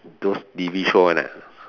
those T_V show one ah